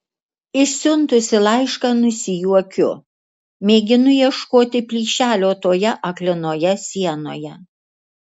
išsiuntusi laišką nusijuokiu mėginu ieškoti plyšelio toje aklinoje sienoje